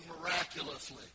miraculously